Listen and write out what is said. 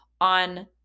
on